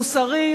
מוסרי,